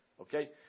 okay